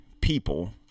people